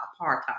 apartheid